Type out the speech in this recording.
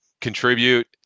contribute